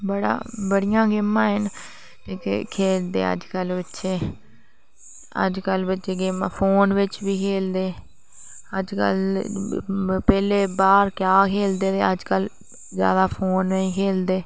बड़ा बड़ियां गेमा हैन जेहकियां खेलदे अजकल बच्चे अजकल बच्चे गेमां फोन बिच बी खेलदे अजकल पहले बाहर क्या खेलदे है अजकल ज्यादा फोन च गै खेलदे